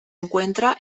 encuentra